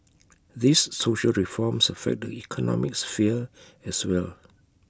these social reforms affect the economic sphere as well